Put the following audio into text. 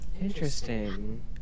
Interesting